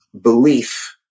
belief